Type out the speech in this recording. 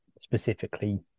specifically